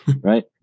right